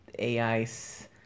AIs